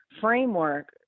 framework